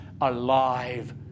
alive